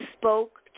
spoke